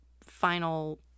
final